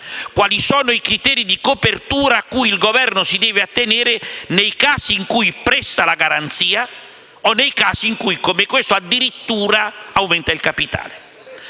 quali sono i criteri di copertura cui il Governo si deve attenere nei casi in cui presta la garanzia o nei casi in cui, come questo, addirittura aumenta il capitale.